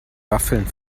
waffeln